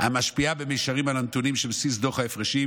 המשפיעה במישרין על הנתונים שבבסיס דוח ההפרשים,